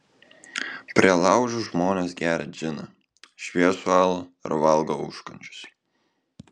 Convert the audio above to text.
prie laužų žmonės geria džiną šviesų alų ir valgo užkandžius